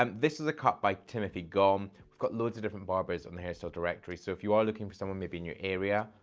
um this is a cut by timothy gomm. we've got loads of different barbers on the hairstyle directory, so if you are looking for someone maybe in your area,